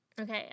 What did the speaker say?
okay